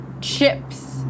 chips